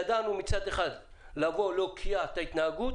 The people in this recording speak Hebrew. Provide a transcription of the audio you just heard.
ידענו מצד אחד לבוא ולהוקיע את ההתנהגות